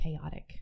chaotic